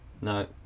No